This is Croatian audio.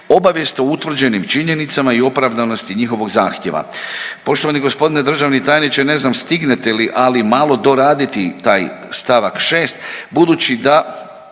obavijest o utvrđenim činjenicama i opravdanosti njihovog zahtijeva. Poštovani g. državni tajniče, ne znam stignete li, ali malo doraditi taj st. 6. budući da